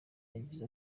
yagize